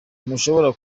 ntushobora